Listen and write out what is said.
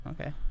Okay